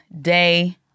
day